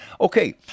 Okay